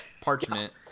parchment